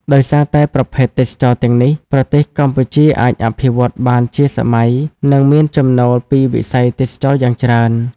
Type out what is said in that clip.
ដោយសារតែប្រភេទទេសចរណ៍ទាំងនេះ ប្រទេសកម្ពុជាអាចអភិវឌ្ឍបានជាសម័យ និងមានចំណូលពីវិស័យទេសចរណ៍យ៉ាងច្រើន។